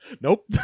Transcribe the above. Nope